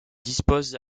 dispose